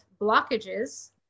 blockages